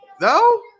No